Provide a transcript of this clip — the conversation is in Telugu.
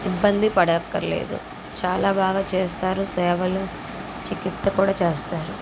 ఇబ్బంది పడక్కర్లేదు చాలా బాగా చేస్తారు సేవలు చికిత్స కూడా చేస్తారు